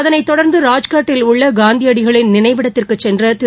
அதனை தொடர்ந்து ராஜ்காட்டில் உள்ள காந்தியடிகளின் நினவைடத்திற்கு சென்ற திரு